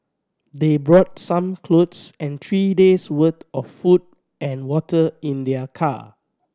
they brought some clothes and three days' worth of food and water in their car